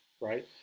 Right